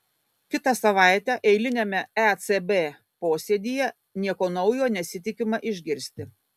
kitą savaitę eiliniame ecb posėdyje nieko naujo nesitikima išgirsti